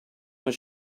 was